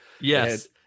Yes